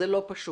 זה לא פשוט.